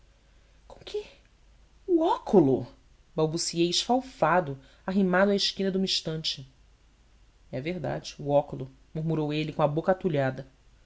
com que o óculo balbuciei esfalfado arrimado à esquina de uma estante é verdade o óculo murmurou ele com a boca atulhada